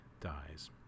dies